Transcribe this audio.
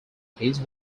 his